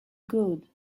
good